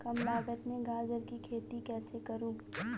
कम लागत में गाजर की खेती कैसे करूँ?